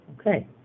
Okay